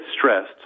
stressed